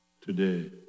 today